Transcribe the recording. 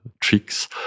tricks